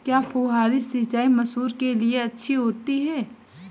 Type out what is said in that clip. क्या फुहारी सिंचाई मसूर के लिए अच्छी होती है?